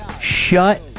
shut